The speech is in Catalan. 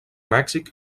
mèxic